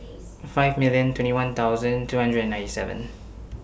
five million twenty one thousand two hundred and ninety seven